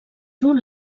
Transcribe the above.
dur